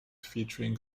featuring